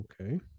okay